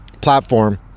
platform